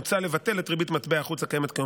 מוצע לבטל את ריבית מטבע חוץ הקיימת כיום